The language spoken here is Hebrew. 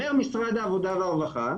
אומר משרד העבודה והרווחה,